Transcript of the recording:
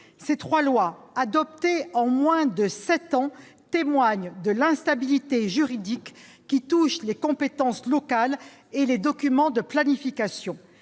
Ces trois lois, adoptées en moins de sept ans, témoignent de l'instabilité juridique qui touche les compétences locales et les documents de planification.